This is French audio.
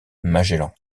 magellan